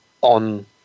on